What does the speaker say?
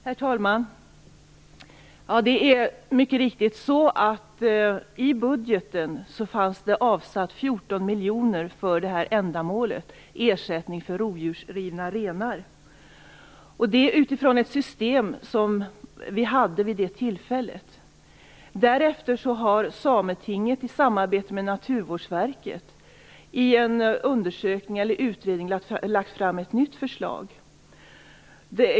Herr talman! Det är mycket riktigt så att det i budgeten fanns 14 miljoner kronor avsatta för detta ändamål, alltså ersättning för rovdjursrivna renar. De avsattes utifrån ett system som vi hade vid det tillfället. Därefter har Sametinget i samarbete med Naturvårdsverket i en utredning lagt fram ett nytt förslag.